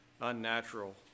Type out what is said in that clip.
Unnatural